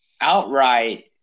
outright